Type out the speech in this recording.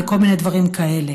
וכל מיני דברים כאלה.